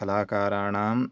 कलाकाराणां